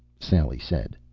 sally said.